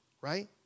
right